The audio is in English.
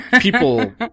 People